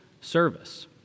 service